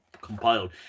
compiled